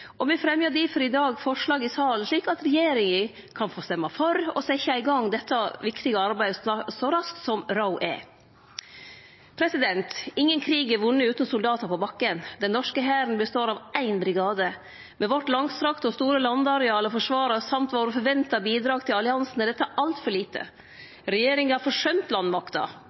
og me fremjar difor i dag forslaget i salen slik at regjeringa kan få røyste for, og setje i gang dette viktige arbeidet så raskt som råd er. Ingen krig er vunnen utan soldatar på bakken. Den norske hæren består av ein brigade. Med det langstrekte og store landarealet vårt å forsvare, og i tillegg dei forventa bidraga våre til alliansen, er dette altfor lite. Regjeringa har forsømt landmakta.